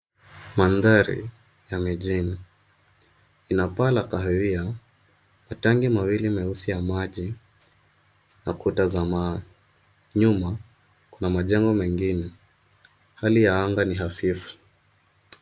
Mandhari, ya mijini. Inapaa la kahawia, matangi mawili meusi ya maji, na kuta za mawe. Nyuma, kuna majengo mengine. Hali ya anga ni hafifu.